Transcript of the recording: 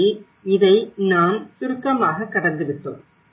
எனவே இதை நாம் சுருக்கமாக கடந்துவிட்டோம்